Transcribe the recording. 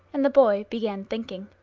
and the boy began thinking.